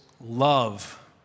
love